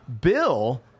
Bill